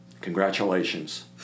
congratulations